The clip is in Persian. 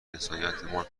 انسانیتمان